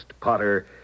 Potter